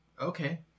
Okay